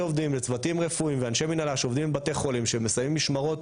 לצוותים רפואיים ואנשי מנהלה שעובדים עם בתי חולים שמסיימים משמרות